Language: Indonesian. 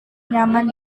nyaman